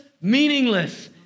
meaningless